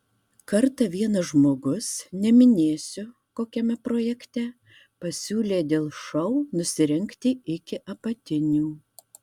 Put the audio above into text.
kartą vienas žmogus neminėsiu kokiame projekte pasiūlė dėl šou nusirengti iki apatinių